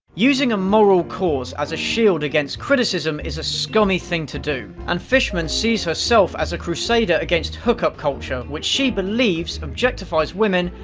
using a moral cause as a shield against criticism is a scummy thing to do, and fishman sees herself as a crusader against hookup culture which she believes objectifies women,